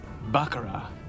Baccarat